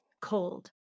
cold